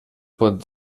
pot